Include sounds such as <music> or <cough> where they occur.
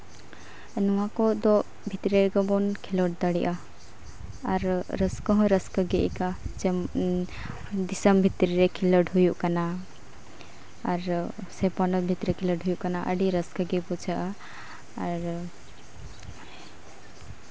ᱱᱚᱣᱟ ᱠᱚᱫᱚ ᱵᱷᱤᱛᱨᱤ ᱨᱮᱜᱮ ᱵᱚᱱ ᱠᱷᱮᱞᱚᱸᱰ ᱫᱟᱲᱮᱭᱟᱜᱼᱟ ᱟᱨ ᱨᱟᱹᱥᱠᱟᱹ ᱦᱚᱸ ᱨᱟᱹᱥᱠᱟᱹ ᱜᱮ ᱟᱹᱭᱠᱟᱹᱜᱼᱟ <unintelligible> ᱫᱤᱥᱚᱢ ᱵᱷᱤᱛᱨᱤ ᱨᱮ ᱠᱷᱮᱞᱚᱸᱰ ᱦᱩᱭᱩᱜ ᱠᱟᱱᱟ ᱟᱨ ᱥᱮ ᱯᱚᱱᱚᱛ ᱵᱷᱤᱛᱨᱤ ᱨᱮ ᱠᱷᱮᱞᱚᱸᱰ ᱦᱩᱭᱩᱜ ᱠᱟᱱᱟ ᱟᱹᱰᱤ ᱨᱟᱹᱥᱠᱟᱹ ᱜᱮ ᱵᱩᱡᱷᱟᱹᱜᱼᱟ ᱟᱨ